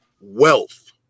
wealth